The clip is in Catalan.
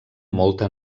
molta